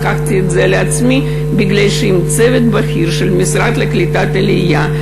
לקחתי את זה על עצמי מפני שצוות בכיר של המשרד לקליטת העלייה,